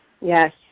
Yes